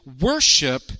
worship